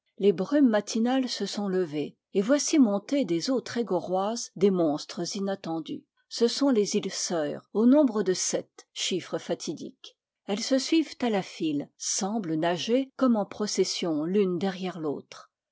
les brumes matinales se sont levées et voici monter des eaux trégorroises des monstres inattendus ce sont les îles sœurs au nombre de sept chiffre fatidique elles se suivent à la file semblent nager comme en procession l'une derrière